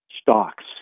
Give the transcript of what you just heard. stocks